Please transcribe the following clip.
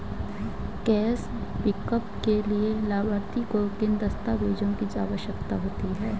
Cash pickup के लिए लाभार्थी को किन दस्तावेजों की आवश्यकता होगी?